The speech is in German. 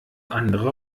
andere